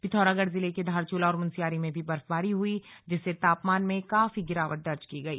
पिथौरागढ़ जिले के धारचूला और मुनस्यारी में भी बर्फबारी हुई जिससे तापमान में काफी गिरावट दर्ज की गई